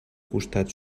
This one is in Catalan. costat